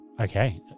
Okay